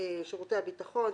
שירותי הביטחון,